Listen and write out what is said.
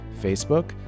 Facebook